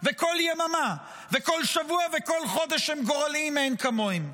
וכל יממה וכל שבוע וכל חודש הם גורליים מאין כמוהם.